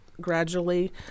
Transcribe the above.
gradually